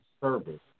service